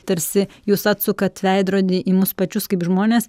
tarsi jūs atsukat veidrodį į mus pačius kaip žmones